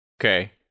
Okay